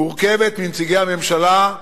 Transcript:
מורכבת מנציגי הממשלה,